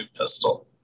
pistol